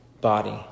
body